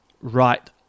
right